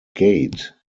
gate